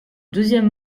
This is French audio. deuxième